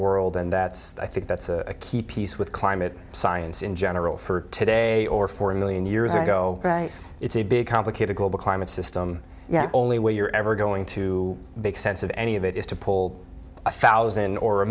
world and that's i think that's a key piece with climate science in general for today or for a million years ago it's a big complicated global climate system you know only way you're ever going to make sense of any of it is to pull a thousand or a